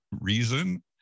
reason